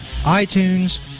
iTunes